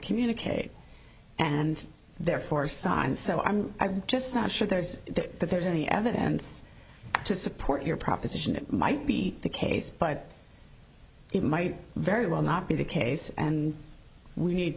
communicate and therefore sign so i'm just not sure there is that that there's any evidence to support your proposition it might be the case but it might very well not be the case and we need